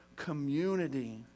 Community